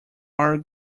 are